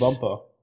bumper